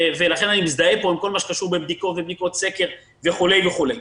לכן אני מזדהה פה עם כל מה שקשור בבדיקות ובדיקות סקר וכולי וכולי.